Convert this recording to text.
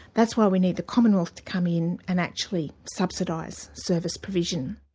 that's why we need the commonwealth to come in and actually subsidise service provision.